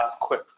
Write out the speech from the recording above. quick